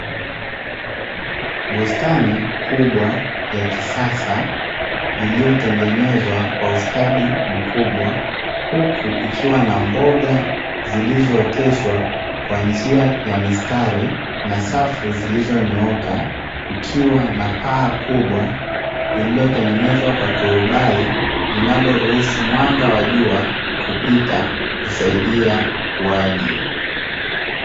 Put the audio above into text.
Bustani kubwa ya kisasa iliyotengenezwa kwa ustadi mkubwa, huku ikiwa na mboga zilizooteshwa kwa njia ya mistari na safu zilizonyooka. kukiwa na paa kubwa lililotengenezwa kwa turubai linaloruhusu mwanga wa jua kupita kusaidia ukuaji.